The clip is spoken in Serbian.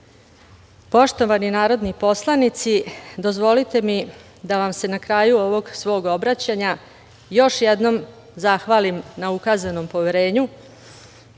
građane. Poštovani narodni poslanici dozvolite mi da vam se na kraju ovog svog obraćanja još jednom zahvalim na ukazanom poverenju,